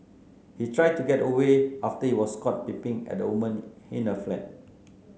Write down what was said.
he tried to get away after he was caught peeping at a woman in her flat